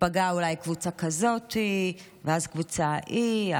ייפגעו אולי קבוצה כזאת ואז הקבוצה ההיא,